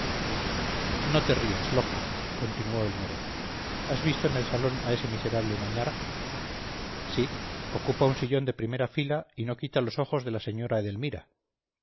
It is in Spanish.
no te rías loca continuó el moro has visto en el salón a ese miserable mañara sí ocupa un sillón de primera fila y no quita los ojos de la señora edelmira